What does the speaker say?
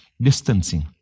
distancing